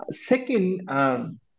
Second